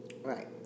Right